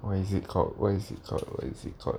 what is it called what is it called what is it called